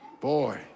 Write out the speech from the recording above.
Boy